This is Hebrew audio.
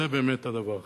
זה באמת הדבר החשוב.